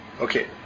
okay